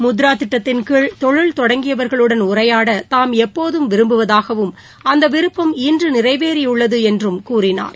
முத்ரா திட்டத்தின் கீழ் தொழில் தொடங்கியவர்களுடன் உரையாட தாம் எப்போதும் விரும்புவதாகவும் அந்த விருப்பம் இன்று நிறைவேறியுள்ளது என்றும் கூறினார்